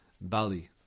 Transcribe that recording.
Bali